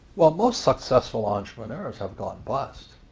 well, most successful entrepreneurs have gone bust.